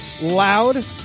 Loud